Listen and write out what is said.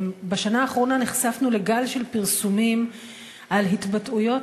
בשנה האחרונה נחשפנו לגל של פרסומים על התבטאויות